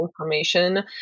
information